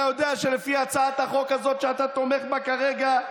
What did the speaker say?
אתה יודע שלפי הצעת החוק הזאת שאתה תומך בה כרגע,